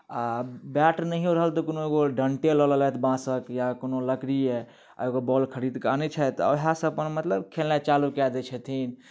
आ बैट नहिओ रहल तऽ कोनो डण्टे लऽ लेलथि बाँसक या कोनो लकड़िए आओर एगो बॉल खरीद कऽ आनैत छथि आओर उएह से अपन मतलब खेलनाइ चालू कए दैत छथिन